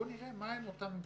בואו נראה מה הם אותם ממשקים.